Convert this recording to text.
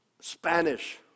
Spanish